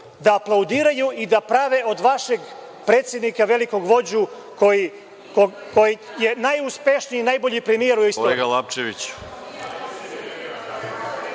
da aplaudiraju i da prave od vašeg predsednika velikog vođu, koji je najuspešniji i najbolji premijer u istoriji.